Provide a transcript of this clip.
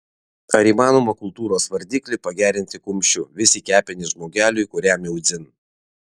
ar įmanoma kultūros vardiklį pagerinti kumščiu vis į kepenis žmogeliui kuriam jau dzin